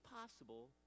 possible